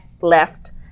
left